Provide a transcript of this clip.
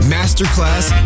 Masterclass